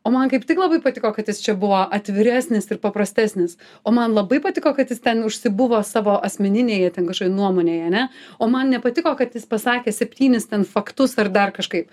o man kaip tik labai patiko kad jis čia buvo atviresnis ir paprastesnis o man labai patiko kad jis ten užsibuvo savo asmeninėje ten kažkokioj nuomonėje ane o man nepatiko kad jis pasakė septynis ten faktus ar dar kažkaip